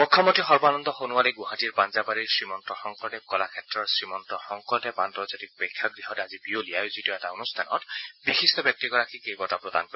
মুখ্যমন্ত্ৰী সৰ্বানন্দ সোণোৱালে গুৱাহাটীৰ পাঞ্জাবাৰীৰ শ্ৰীমন্ত শংকৰদেৱ কলাক্ষেত্ৰৰ শ্ৰীমন্ত শংকৰদেৱ আন্তৰ্জাতিক প্ৰেক্ষাগৃহত আজি বিয়লি আয়োজিত এটা অনুষ্ঠানত বিশিষ্ট ব্যক্তিগৰাকীক এই বঁটা প্ৰদান কৰিব